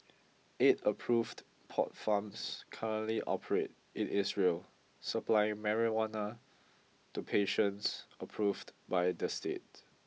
eight approved pot farms currently operate in Israel supplying marijuana to patients approved by the state